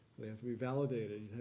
they have to be validated.